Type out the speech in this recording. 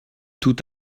tout